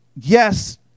Yes